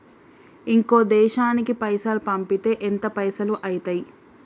ఇంకో దేశానికి పైసల్ పంపితే ఎంత పైసలు అయితయి?